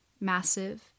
massive